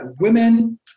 women